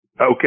Okay